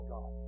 God